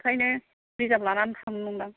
बेनिखायनो रिजार्भ लानानै थांनो सानदों आं